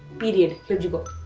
period, here you go.